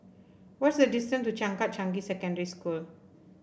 what is the distance to Changkat Changi Secondary School